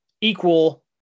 equal